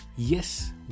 yes